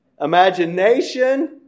Imagination